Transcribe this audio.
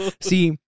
See